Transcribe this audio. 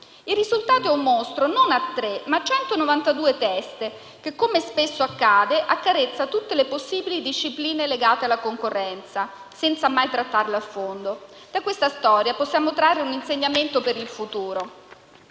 Il risultato è un mostro, non a tre teste, ma a 192 teste, che, come spesso accade, accarezza tutte le possibili discipline legate alla concorrenza, senza mai trattarle a fondo. Da questa storia possiamo trarre un insegnamento per il futuro.